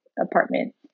apartment